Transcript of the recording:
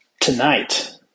tonight